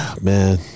man